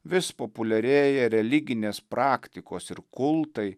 vis populiarėja religinės praktikos ir kultai